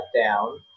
down